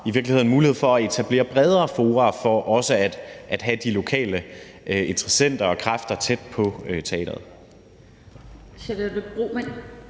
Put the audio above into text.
i virkeligheden var mulighed for at etablere bredere fora for også at have de lokale interessenter og kræfter tæt på teatret. Kl.